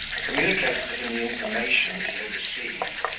communicated to him the informations he had received,